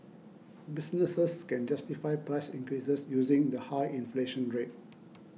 businesses can justify price increases using the high inflation rate